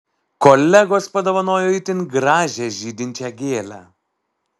kolegos padovanojo itin gražią žydinčią gėlę